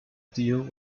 deal